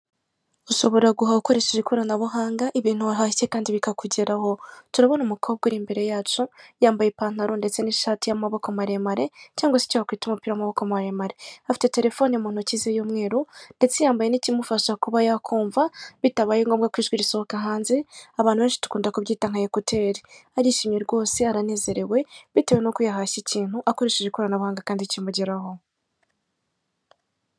Ushoboraha guhaha ukoresheje ikoranabuhanga ibintu wahashye kandi bikakugeraho, turabona umukobwa uri imbere yacu, yambaye ipantaro ndetse n'ishati y'amaboko maremare cyangwa se icyo wakwitwa umupira w'amaboko maremare, afite telefone mu ntoki ze z'umweru ndetse yambaye n'ikimufasha kuba yakumva bitabaye ngombwa ko ijwi risohoka hanze, abantu benshi dukunda kubyita nka ekuteri, arishimye rwose aranezerewe, bitewe nuko yahashya ikintu, akoresheje ikoranabuhanga kandi kimugeraho.